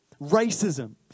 Racism